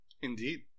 indeed